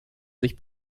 sich